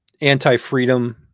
anti-freedom